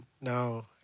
now